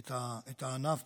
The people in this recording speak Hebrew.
את הענף,